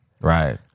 Right